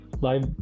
live